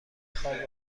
خواب